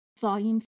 Volume